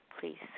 please